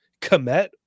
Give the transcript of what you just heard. Komet